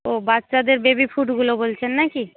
ও বাচ্চাদের বেবিফুডগুলো বলছেন নাকি